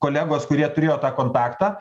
kolegos kurie turėjo tą kontaktą